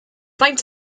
faint